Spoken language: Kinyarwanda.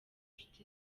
nshuti